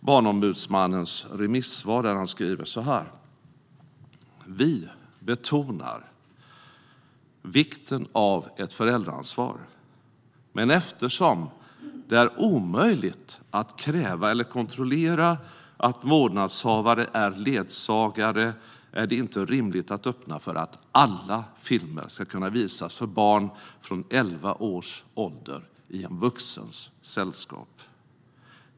Barnombudsmannens remissvar fortsätter: "Vi betonar vikten av ett föräldraansvar men eftersom det är omöjligt att kräva eller kontrollera att vårdnadshavare är ledsagare är det inte rimligt att öppna för att alla filmer ska kunna visas för barn från 11-års ålder i en vuxens sällskap.